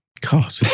God